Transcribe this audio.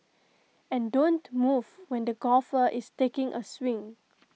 and don't move when the golfer is taking A swing